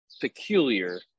peculiar